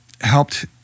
helped